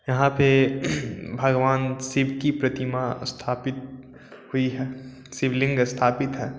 यहाँ पे भगवान शिव की प्रतिमा स्थापित हुई है शिव लिंग स्थापित है